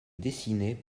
dessinée